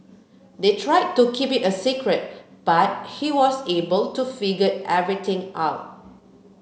they tried to keep it a secret but he was able to figure everything out